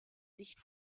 nicht